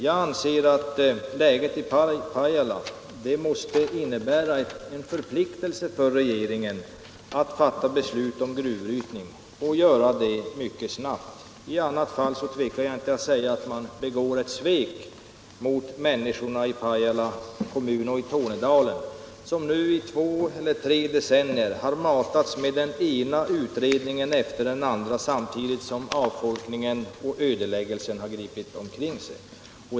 Jag anser att läget i Pajala måste innebära en förpliktelse för regeringen att fatta beslut om en gruvbrytning och göra det mycket snabbt. I annat fall tvekar jag inte att säga att man begår ett svek mot människorna i Pajala kommun och i Tornedalen, som nu i två eller tre decennier matats med den ena utredningen efter den andra samtidigt som avfolkningen och ödeläggelsen har gripit omkring sig.